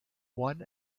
one